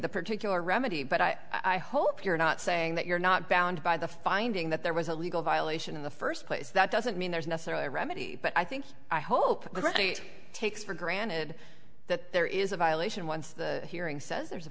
the particular remedy but i i hope you're not saying that you're not bound by the finding that there was a legal violation in the first place that doesn't mean there is necessarily a remedy but i think i hope we're going to take for granted that there is a violation once the hearing says there's a